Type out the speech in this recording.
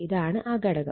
ഇതാണ് ആ ഘടകം